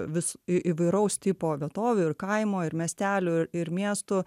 vis į įvairaus tipo vietovių ir kaimo ir miestelių ir miestų